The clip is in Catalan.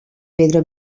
pedra